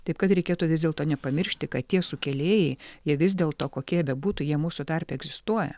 taip kad reikėtų vis dėlto nepamiršti kad tie sukėlėjai jie vis dėl to kokie jie bebūtų jie mūsų tarpe egzistuoja